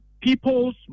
people's